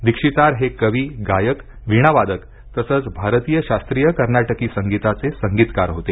दीक्षितार हे कवी गायक वीणा वादक तसंच भारतीय शास्त्रीय कर्नाटकी संगीताचे संगीतकार होते